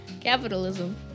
Capitalism